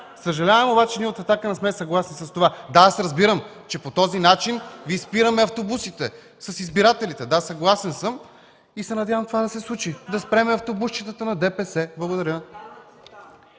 Съжалявам, но обаче ние от „Атака” не сме съгласи с това. Да, аз разбирам, че по този начин Ви спираме автобусите с избирателите. Да, съгласен съм и се надявам това да се случи – да спрем автобусчетата на ДПС. Благодаря.